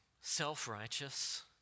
self-righteous